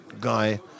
guy